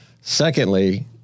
Secondly